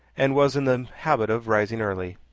and was in the habit of rising early.